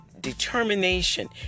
determination